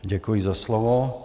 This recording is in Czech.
Děkuji za slovo.